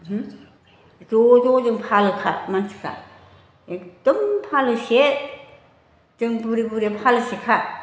ज' ज' जों फालोखा मानसिफ्रा एखदम फालोसे जों बुरि बुरि फालोसेखा